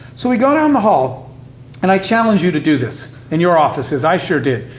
so we go down the hall and i challenge you to do this in your offices, i sure did.